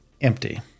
empty